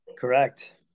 correct